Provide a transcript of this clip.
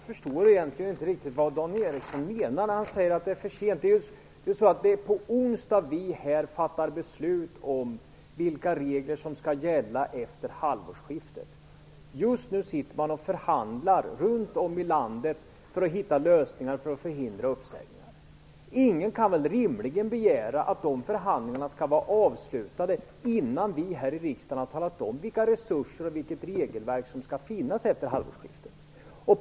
Herr talman! Jag förstår inte riktigt vad Dan Ericsson menar när han säger att det är för sent. På onsdag skall vi här fatta beslut om vilka regler som skall gälla efter halvårsskiftet. Just nu sitter man och förhandlar runt om i landet för att hitta lösningar för att förhindra uppsägningar. Ingen kan väl rimligen begära att de förhandlingarna skall vara avslutade innan vi här i riksdagen har talat om vilka resurser och vilket regelverk som skall finnas efter halvårsskiftet.